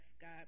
God